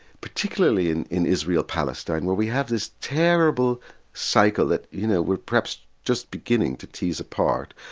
particularly in in israel palestine where we have this terrible cycle that you know we're perhaps just beginning to tease apart,